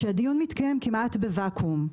שהדיון מתקיים כמעט בוואקום,